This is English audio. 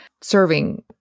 serving